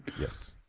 Yes